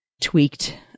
tweaked